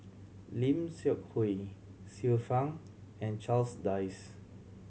Lim Seok Hui Xiu Fang and Charles Dyce